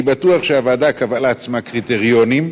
אני בטוח שהוועדה קבעה לעצמה קריטריונים,